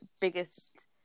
biggest